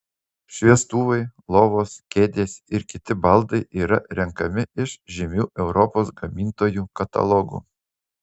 šviestuvai lovos kėdės ir kiti baldai yra renkami iš žymių europos gamintojų katalogų